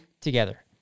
together